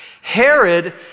Herod